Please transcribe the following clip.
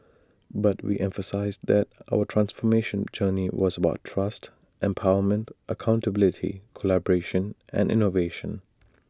but we emphasised that our transformation journey was about trust empowerment accountability collaboration and innovation